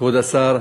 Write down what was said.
כבוד השר,